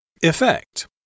Effect